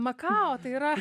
makao tai yra